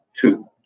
two